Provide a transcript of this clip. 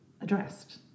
addressed